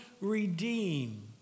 redeem